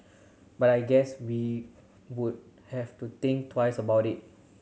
but I guess we would have to think twice about it